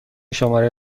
شماره